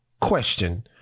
question